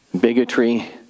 bigotry